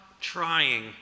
trying